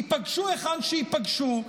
ייפגשו היכן שייפגשו,